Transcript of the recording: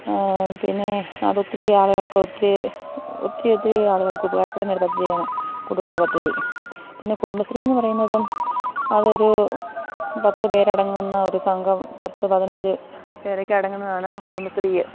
പിന്നെ അതൊത്തിരി ആളുകൾക്ക് ഒത്തിരി ഒത്തിരി ഒത്തിരി ആളുകൾക്ക് ഉപകാരപ്പെടുന്നൊരു പദ്ധതിയാണ് കുടി വെള്ള പദ്ധതി പിന്നെ കുടുംബശ്രീയെന്നു പറയുന്നതും അതൊരു പത്ത് പേരടങ്ങുന്ന ഒരു സംഘം പത്ത് പതിനഞ്ച് പേരൊക്കെ അടങ്ങുന്നതാണ് കുടുംബശ്രീ